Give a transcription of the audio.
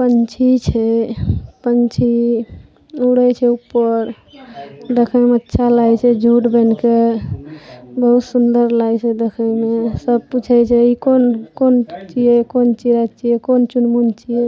पक्षी छै पक्षी उड़ै छै उपर देखैमे अच्छा लागै छै जूट बान्हि कऽ बहुत सुन्दर लागै छै देखैमे सब पुछै छै हे ई कोन कोन छियै कोन चिड़ैं छियै कोन चुनमुन छियै